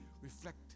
reflect